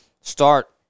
start